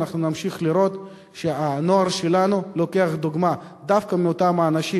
נמשיך לראות שהנוער שלנו לוקח דוגמה דווקא מאותם אנשים